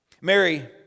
Mary